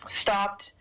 stopped